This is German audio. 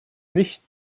nicht